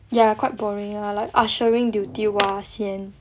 ya quite boring lah like ushering duty !wah! sian